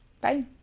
bye